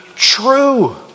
True